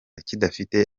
kidafite